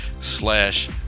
slash